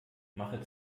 mache